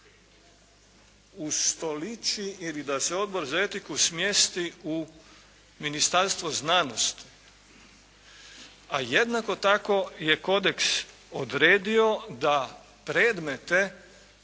ustoliči ili da se Odbor za etiku smjesti u Ministarstvo znanosti, a jednako tako je kodeks odredio da predmete